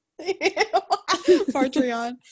Patreon